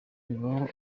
bibaho